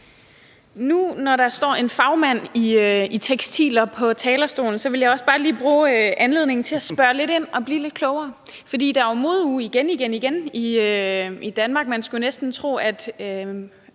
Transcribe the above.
Nu, hvor der står en fagmand i tekstiler på talerstolen, vil jeg også bare lige bruge anledningen til at spørge lidt ind til noget og blive lidt klogere, for der er jo modeuge igen, igen, igen i Danmark. Moden har nærmest